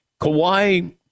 Kawhi